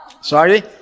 Sorry